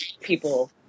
people